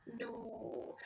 no